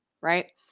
Right